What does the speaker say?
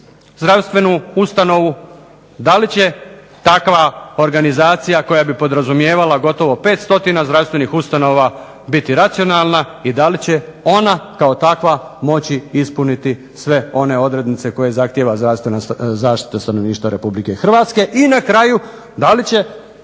zdravstvenu ustanovu, da li će takva organizacija koja bi podrazumijevala gotovo 500 zdravstvenih ustanova biti racionalne i da li će ona kao takva ispuniti sve one odrednice koje zahtijeva zdravstvena zaštita stanovništva RH i na kraju da li će